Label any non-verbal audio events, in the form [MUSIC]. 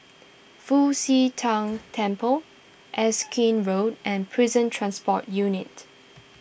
Fu Xi Tang Temple Erskine Road and Prison Transport Unit [NOISE]